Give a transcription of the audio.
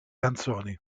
canzoni